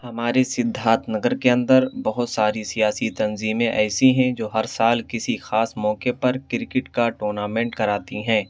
ہماری سدھارتھ نگر کے اندر بہت ساری سیاسی تنظیمیں ایسی ہیں جو ہر سال کسی خاص موکعے پر کرکٹ کا ٹورنامنٹ کراتی ہیں